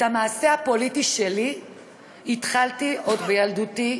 את המעשה הפוליטי שלי התחלתי עוד בילדותי,